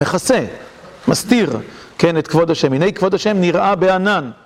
מחסה, מסתיר, כן, את כבוד השם. הנה כבוד השם נראה בענן.